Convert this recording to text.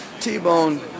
T-Bone